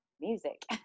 music